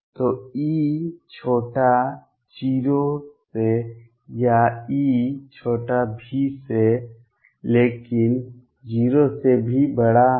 तो E 0 या E V लेकिन 0 से भी बड़ा है